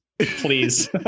please